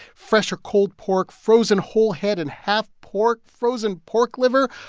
fresh or cold pork, frozen whole head and half pork, frozen pork liver.